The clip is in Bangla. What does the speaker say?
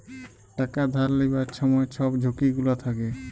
টাকা ধার লিবার ছময় ছব ঝুঁকি গুলা থ্যাকে